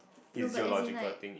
no but as in like